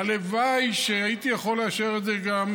הלוואי שהייתי יכול לאשר את זה גם,